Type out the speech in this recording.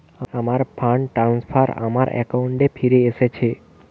আমার fund transfer আমার অ্যাকাউন্টে ফিরে এসেছে